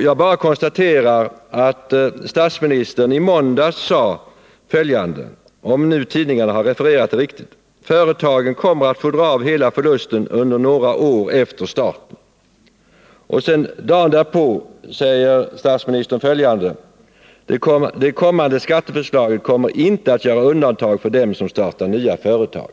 Jag bara konstaterar att statsministern, om tidningarna refererat det hela riktigt, i måndags sade: ”Företagen kommer att få dra av hela förlusten ”under några år” efter starten” och dagen därpå säger: ”Det kommande skatteförslaget kommer inte att göra undantag för dem som startar nya företag”.